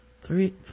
Three